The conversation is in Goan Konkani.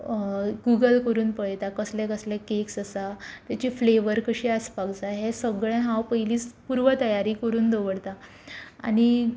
गुगल करून पळयता कसले कसले कॅक्स आसा तेचे फ्लेवर कशें आसपाक जाय हें सगळें हांव पयलीं पूर्व तयारी करून दवरतां आनी